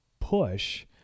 push